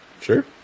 Sure